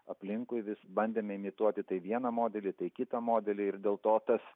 aplinkui vis bandėme imituoti tai vieną modelį tai kitą modelį ir dėl to tas